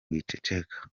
wiceceka